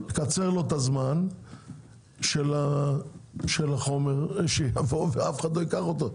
תקצר לו את הזמן של החומר ואף אחד לא ייקח אותו.